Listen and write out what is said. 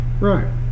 right